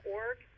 org